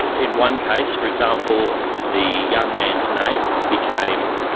in one case, for example, the young man's name became,